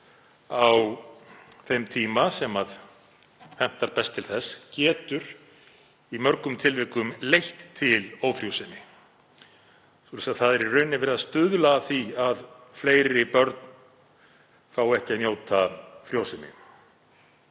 á þeim tíma sem hentar best til þess getur í mörgum tilvikum leitt til ófrjósemi svo að það er í raun verið að stuðla að því að fleiri börn fá ekki að njóta frjósemi.